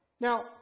Now